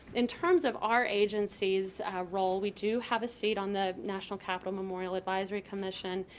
in terms of our agency's role, we do have a seat on the national capital memorial advisory commission.